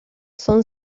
son